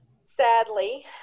sadly